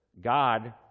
God